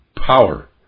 power